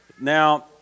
Now